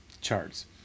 charts